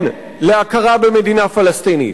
כן להכרה במדינה פלסטינית.